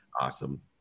Awesome